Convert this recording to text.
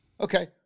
Okay